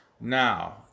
Now